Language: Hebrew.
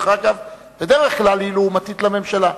בדרך כלל, היא לעומתית לממשלה.